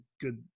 good